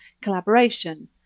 collaboration